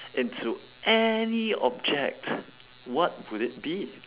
into any object what would it be